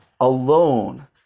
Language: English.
alone